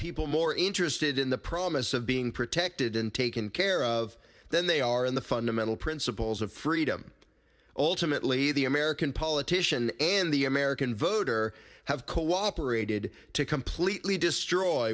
people more interested in the promise of being protected and taken care of than they are in the fundamental principles of freedom ultimately the american politician and the american voter have cooperated to completely destroy